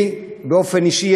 באופן אישי,